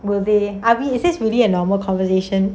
will they are we it just really a normal conversation